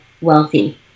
wealthy